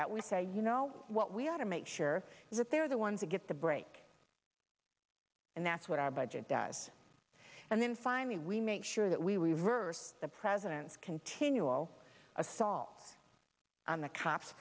that we say you know what we ought to make sure that they're the ones that get the break and that's what our budget does and then finally we make sure that we reverse the president's continual assaults on the cops